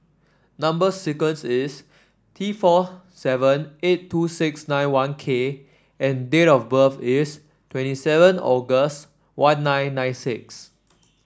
number sequence is T four seven eight two six nine one K and date of birth is twenty seven August one nine nine six